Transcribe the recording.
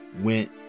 went